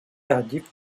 tardifs